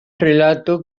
relato